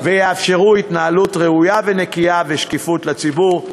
ויאפשרו התנהלות ראויה ונקייה ושקיפות לציבור.